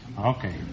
Okay